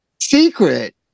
secret